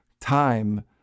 time